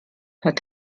hat